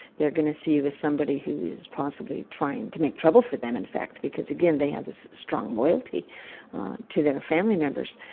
they're going to see you as somebody who's possibly trying to make trouble for them, in fact, because, again, they have this strong loyalty to their family members.